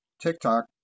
TikTok